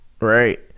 right